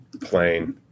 plain